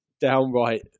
downright